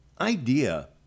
idea